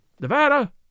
Nevada